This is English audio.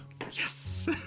Yes